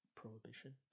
prohibition